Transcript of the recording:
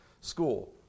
school